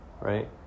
right